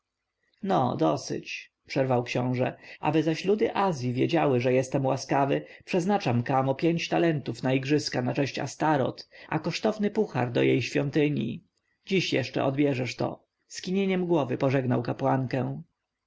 no dosyć przerwał książę aby zaś ludy azji wiedziały że jestem łaskawy przeznaczam kamo pięć talentów na igrzyska na cześć astoreth a kosztowny puhar do jej świątyni dziś jeszcze odbierzesz to skinieniem głowy pożegnał kapłankę